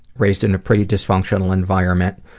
raised in a pretty dysfunctional environment.